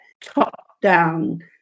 top-down